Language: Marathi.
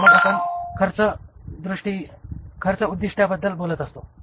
मग आपण खर्च उद्दीष्ट्याबद्दल बोलत असतो